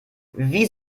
wie